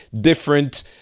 different